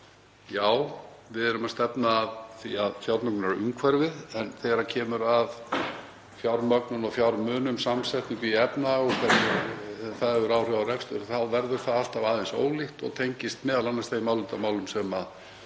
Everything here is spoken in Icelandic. Já, við erum að stefna að því með fjármögnunarumhverfinu en þegar kemur að fjármögnun og fjármunum, samsetningu í efnahag og hvernig það hefur áhrif á rekstur þá verður það alltaf aðeins ólíkt og tengist m.a. þeim álitamálum eða